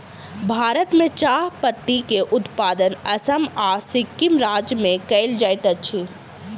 भारत में चाह पत्ती के उत्पादन असम आ सिक्किम राज्य में कयल जाइत अछि